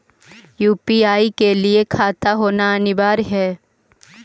UPI के लिए खाता होना अनिवार्य है?